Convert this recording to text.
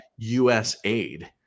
USAID